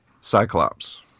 Cyclops